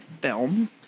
film